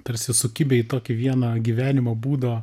tarsi sukibę į tokį vieną gyvenimo būdo